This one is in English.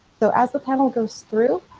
so as the panel goes through,